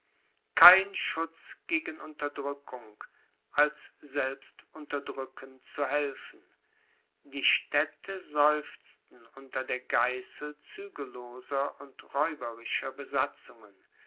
kein schutz gegen unterdrückung als selbst unterdrücken zu helfen die städte seufzten unter der geißel zügelloser und räuberischer besatzungen